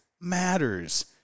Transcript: matters